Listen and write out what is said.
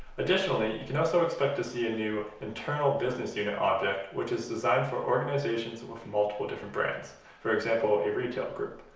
additionally, you can also expect to see a new internal business unit object which is designed for organizations with multiple brands for example, a retail group.